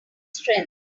strengths